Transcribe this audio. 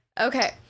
Okay